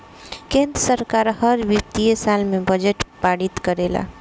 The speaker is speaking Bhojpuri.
केंद्र सरकार हर वित्तीय साल में बजट पारित करेले